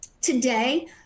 Today